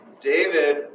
David